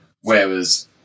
Whereas